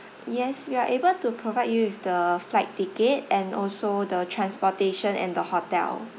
yes we are able to provide you with the flight ticket and also the transportation and the hotel